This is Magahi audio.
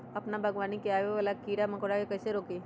अपना बागवानी में आबे वाला किरा मकोरा के कईसे रोकी?